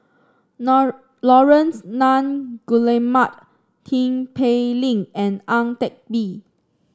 Laurence Nunn Guillemard Tin Pei Ling and Ang Teck Bee